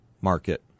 market